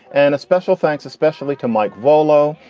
and a special thanks, especially to mike volo,